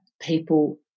people